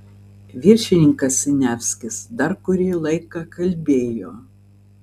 viršininkas siniavskis dar kurį laiką kalbėjo